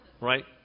right